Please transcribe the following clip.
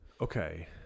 Okay